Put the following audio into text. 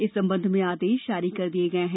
इस संबंध में आदेश जारी कर दिये गये हैं